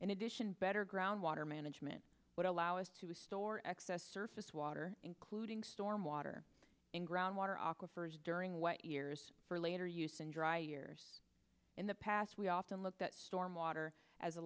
in addition better ground water management would allow us to a store excess surface water including storm water and groundwater aquifers during what years for later use and dry years in the past we often looked at storm water as a